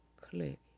click